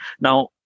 now